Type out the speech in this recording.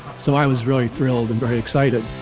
so i was really thrilled and really excited